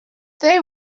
they